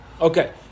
Okay